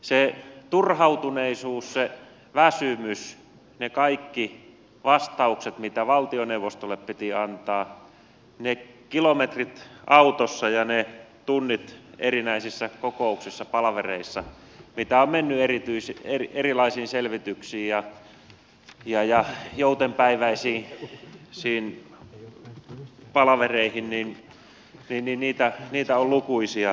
se turhautuneisuus se väsymys ne kaikki vastaukset mitä valtioneuvostolle piti antaa ne kilometrit autossa ja ne tunnit erinäisissä kokouksissa palavereissa mitä on mennyt erilaisiin selvityksiin ja joutenpäiväisiin palavereihin niitä on lukuisia määriä